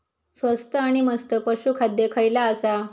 स्वस्त आणि मस्त पशू खाद्य खयला आसा?